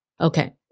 Okay